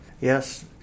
Yes